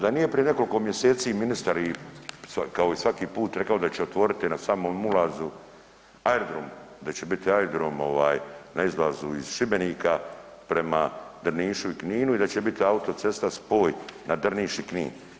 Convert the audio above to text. Da nije prije nekolko mjeseci ministar i, kao i svaki put rekao da će otvoriti na samom ulazu aerodrom, da će biti aerodrom ovaj na izlazu iz Šibenika prema Drnišu i Kninu i da će biti autocesta spoj na Drniš i Knin.